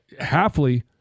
Halfly